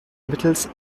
mittels